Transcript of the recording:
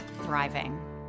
thriving